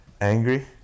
angry